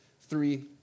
three